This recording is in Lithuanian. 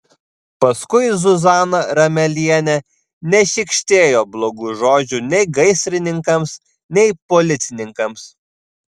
paskui zuzana ramelienė nešykštėjo blogų žodžių nei gaisrininkams nei policininkams